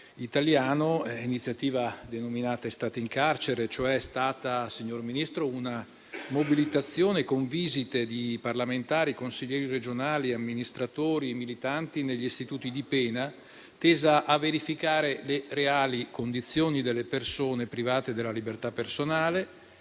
italiano, denominata «Estate in carcere». C'è stata, signor Ministro, una mobilitazione con visite di parlamentari, consiglieri regionali, amministratori e militanti negli istituti di pena, volta a verificare le reali condizioni delle persone private della libertà personale